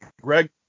Greg